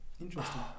Interesting